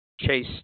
chase